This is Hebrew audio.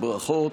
ברכות.